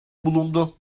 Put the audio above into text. bulundu